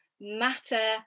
matter